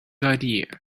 idea